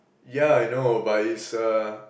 yeah I know but is a